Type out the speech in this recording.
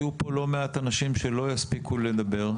יהיו פה לא מעט אנשים שלא יספיקו לדבר.